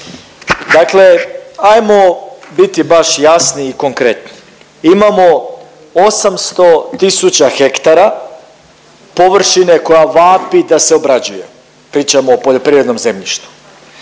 Dakle, ajmo biti baš jasni i konkretni, imamo 800 tisuća hektara površine koja vapi da se obrađuje, pričamo o poljoprivrednom zemljištu.